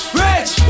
rich